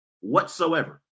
whatsoever